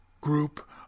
group